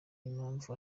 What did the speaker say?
impamvu